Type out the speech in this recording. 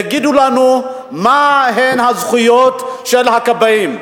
יגידו לנו מה הן הזכויות של הכבאים,